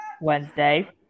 Wednesday